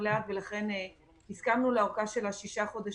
לאט ולכן הסכמנו לאורכה של שישה חודשים.